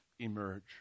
emerge